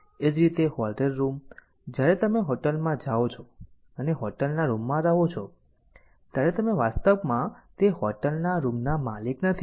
એ જ રીતે hotel room જ્યારે તમે હોટેલમાં જાઓ છો અને હોટલના રૂમમાં રહો છો ત્યારે તમે વાસ્તવમાં તે હોટલના રૂમના માલિક નથી